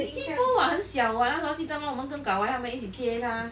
it's T four [what] 很小那个东西我们跟 gao wai 一起接他